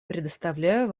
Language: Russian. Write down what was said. предоставляю